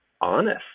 honest